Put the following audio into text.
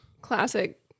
classic